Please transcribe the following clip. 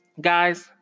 guys